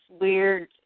weird